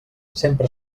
sempre